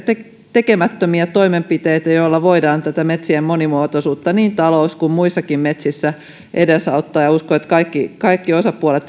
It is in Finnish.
tekemättömiä toimenpiteitä joilla voidaan tätä metsien monimuotoisuutta edesauttaa niin talous kuin muissakin metsissä ja uskon että kaikki osapuolet